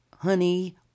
honey